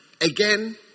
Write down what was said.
again